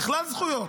בכלל זכויות.